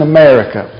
America